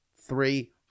three